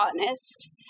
honest